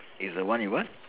is the one you what